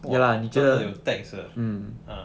!wah! 真的有 text 的